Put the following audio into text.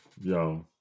Yo